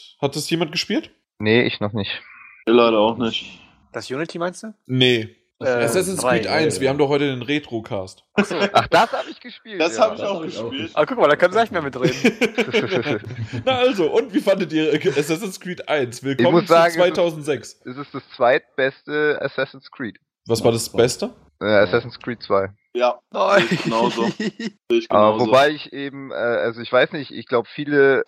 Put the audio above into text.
Hat das jemand gespielt? Nee, ich noch nicht. Ich leider auch nicht. Das Unity meinst du? Nee. Äh, Assassin's Creed drei. Eins, wir Äh. haben doch heute den Retrocast. Ach so. Ach, das hab ich gespielt, Das ja. hab ich Das auch hab ich auch gespielt. gespielt. Ah, guck mal, da können wir gleich mehr mitreden. Na also, und wie fandet ihr Assassin's Creed 1? Ich Willkommen muss zu sagen, es ist- 2006. es ist das zweitbeste Assassin's Creed. Was war Ja. das Beste? Äh, Assassin's Creed 2. Ja, Nein. sehe ich genauso. Sehe ich Aber genauso. wobei ich eben, äh, also ich weiß nicht, ich glaube, viele-